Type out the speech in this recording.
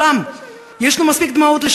יש מספיק דמעות לכולם.